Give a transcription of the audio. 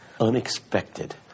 unexpected